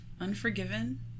Unforgiven